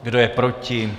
Kdo je proti?